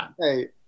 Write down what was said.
Hey